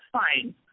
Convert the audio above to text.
fine